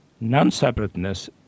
Non-separateness